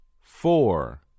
four